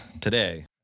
today